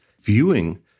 viewing